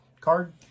card